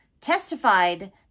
testified